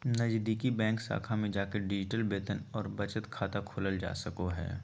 नजीदीकि बैंक शाखा में जाके डिजिटल वेतन आर बचत खाता खोलल जा सको हय